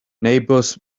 neighbors